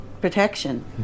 protection